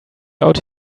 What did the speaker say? out